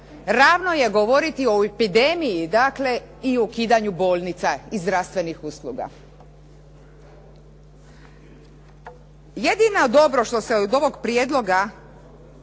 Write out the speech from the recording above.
ravno je govoriti o epidemiji dakle i ukidanju bolnica i zdravstvenih usluga. Jedino dobro što se od ovog prijedloga